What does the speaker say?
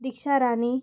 दिक्षा रानी